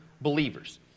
believers